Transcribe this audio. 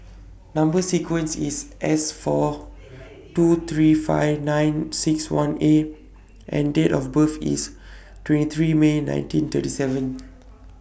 Number sequence IS S four two three five nine six one A and Date of birth IS twenty three May nineteen thirty seven